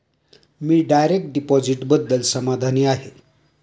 मी direct डिपॉझिटबद्दल समाधानी आहे